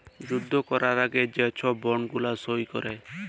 যুদ্ধ ক্যরার আগে যে ছব বল্ড গুলা সই ক্যরে